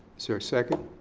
so a second?